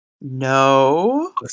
No